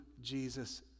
Jesus